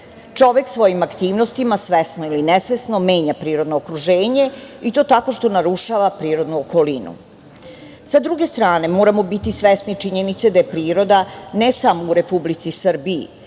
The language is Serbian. Čovek svojim aktivnostima svesno ili nesvesno menja prirodno okruženje i to tako što narušava prirodnu okolinu. Sa druge strane moramo biti svesni činjenice da je priroda, ne samo u Republici Srbiji,